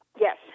Yes